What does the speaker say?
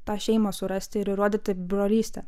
tą šeimą surasti ir įrodyti brolystę